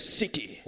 city